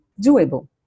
doable